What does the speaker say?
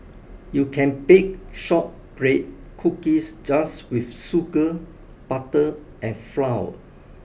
you can bake shortbread cookies just with sugar butter and flour